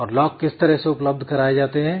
और लॉक किस तरह से उपलब्ध कराए जाते हैं